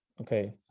Okay